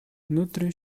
өнөөдрийн